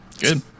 Good